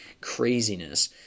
craziness